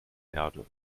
erde